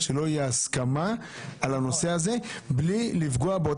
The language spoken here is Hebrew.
שלא תהיה הסכמה על הנושא הזה בלי לפגוע,